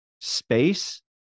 space